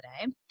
today